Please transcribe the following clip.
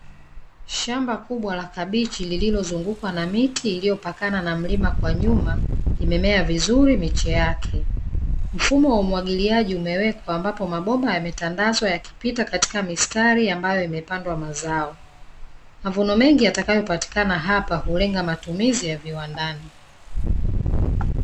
Shamba kubwa la kabichi lililozunguka na miti iliyo pakana na mlima kwa nyuma, imemeya vizuri miche yake. Mfumo wa mwagiliyaji umewekwa ambapo mabomba yame tandazwa yakipita katika mistari ambayo yamepandwa mazao. Mavuno mengi yatakayo patikana hapa kulenga matumizi ya viwandani.